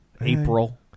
April